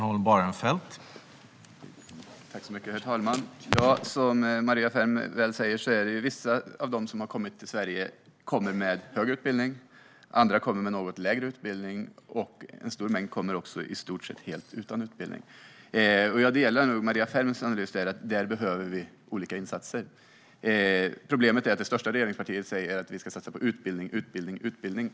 Herr talman! Som Maria Ferm säger kommer vissa till Sverige med hög utbildning, andra kommer med en något lägre utbildning och en stor mängd kommer också i stort sett helt utan utbildning. Jag delar Maria Ferms analys om att vi behöver göra olika insatser här. Problemet är att det största regeringspartiet säger att vi ska satsa på utbildning, utbildning och utbildning.